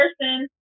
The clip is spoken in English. person